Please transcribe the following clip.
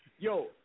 Yo